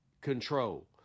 control